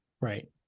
right